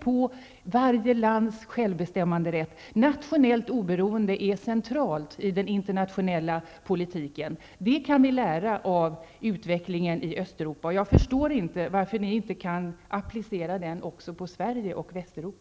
på varje lands självbestämmanderätt. Nationellt oberoende är centralt i den internationella politiken. Det kan vi lära av utvecklingen i Östeuropa, och jag förstår inte varför ni inte kan applicera den också på Sverige och Västeuropa.